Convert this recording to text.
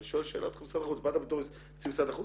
אבל שואל שאלה כי בסך הכל באת בתור נציג משרד החוץ,